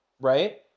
right